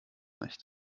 nicht